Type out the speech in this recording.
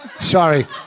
Sorry